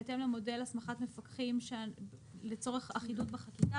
בהתאם למודל הסמכת מפקחים לצורך אחידות בחקיקה